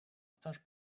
stage